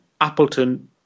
Appleton